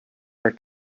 are